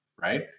Right